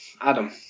Adam